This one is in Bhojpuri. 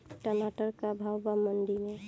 टमाटर का भाव बा मंडी मे?